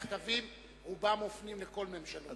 המכתבים, רובם מופנים לכל ממשלות ישראל.